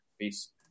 Peace